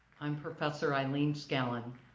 i'm professor eileen scallen,